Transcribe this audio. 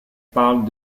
parle